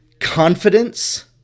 confidence